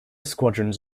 squadrons